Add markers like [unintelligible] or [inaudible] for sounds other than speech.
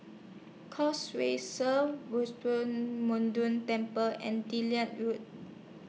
Causeway Sri [unintelligible] Temple and Delhi Road